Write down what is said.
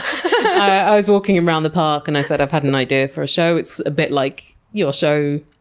i was walking him around the park and i said, i've had an idea for a show, it's a bit like your show,